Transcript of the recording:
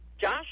Josh